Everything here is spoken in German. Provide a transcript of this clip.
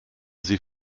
sie